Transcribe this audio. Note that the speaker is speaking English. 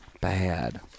Bad